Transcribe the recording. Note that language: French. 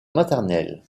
maternelle